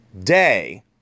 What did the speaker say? day